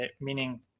meaning